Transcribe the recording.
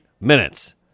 minutes